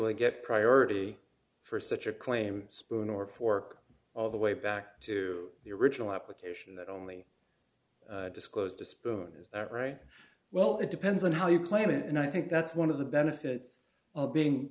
to get priority for such a claim spoon or fork all the way back to the original application that only disclosed the spoon is that right well it depends on how you plan it and i think that's one of the benefits of being